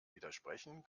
widersprechen